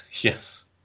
Yes